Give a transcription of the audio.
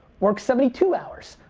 work seventy two hours,